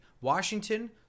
Washington